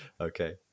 okay